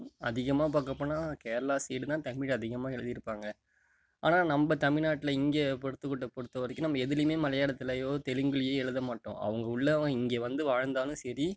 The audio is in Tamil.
அதிகமாக பார்க்க போனால் கேரளா சைடு தான் தமிழ் அதிகமாக எழுதியிருப்பாங்க ஆனால் நம்ம தமிழ்நாட்டில் இங்கே பொறுத்தவரைக்கும் நம்ம எதிலியுமே மலையாளத்துலேயோ தெலுங்குலேயோ எழுத மாட்டோம் அவங்க உள்ளவங்க இங்கே வந்து வாழ்ந்தாலும் சரி